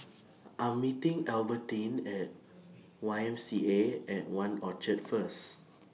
I Am meeting Albertine At Y M C A At one Orchard First